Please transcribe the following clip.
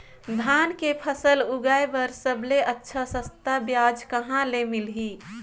धान के फसल उगाई बार सबले अच्छा सस्ता ब्याज कहा ले मिलही?